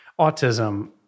autism